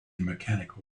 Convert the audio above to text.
mechanical